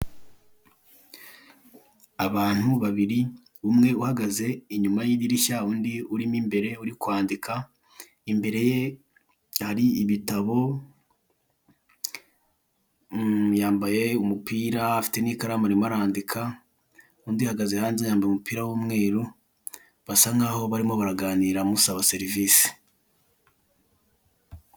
Abantu babiri, umwe uhagaze inyuma y'idirishya undi uri mo imbere uri kwandika, imbere ye hari ibitabo, yambaye umupira afite n'ikaramu arimo arandika, undi ahagaze hanze yambaye umupira w'umweru, basa nk'aho barimo baraganira amusaba serivisi.